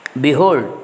Behold